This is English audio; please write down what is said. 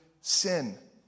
sin